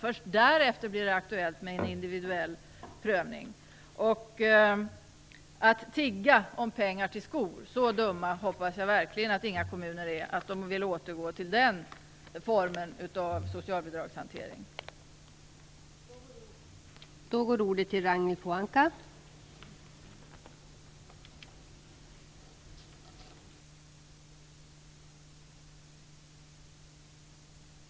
Först därefter blir det aktuellt med en individuell prövning. Jag hoppas verkligen att inga kommuner är så dumma att de vill återgå till den form av socialbidragshantering som innebär att människor tvingas att tigga pengar till skor.